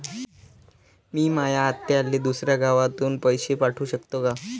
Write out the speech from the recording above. मी माया आत्याले दुसऱ्या गावातून पैसे पाठू शकतो का?